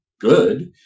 good